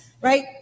right